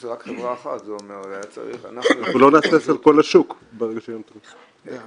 זה אומר היה צריך -- לא נהסס על כל השוק ברגע --- אין